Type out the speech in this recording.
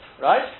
right